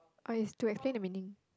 oh it's to explain the meaning